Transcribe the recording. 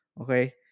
Okay